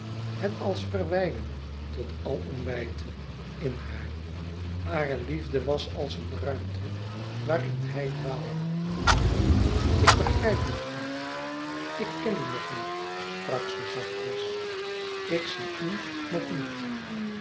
het als verwijden tot alom wijdte in haar hare liefde was als eene ruimte waarin hij dwaalde ik begrijp u nog niet ik ken u nog niet sprak ze zachtjes ik zie u nog niet